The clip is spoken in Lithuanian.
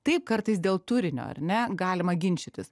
taip kartais dėl turinio ar ne galima ginčytis